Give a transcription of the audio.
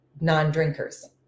non-drinkers